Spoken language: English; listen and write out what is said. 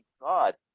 God